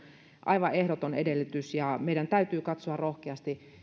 aivan ehdoton edellytys ja meidän täytyy katsoa rohkeasti